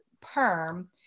Perm